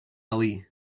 ali